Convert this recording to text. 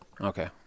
Okay